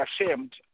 ashamed